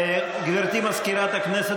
גברתי מזכירת הכנסת,